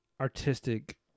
artistic